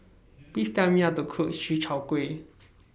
Please Tell Me How to Cook Chi Kak Kuih